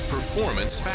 Performance